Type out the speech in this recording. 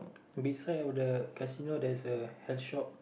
beside of the casino there is a health shop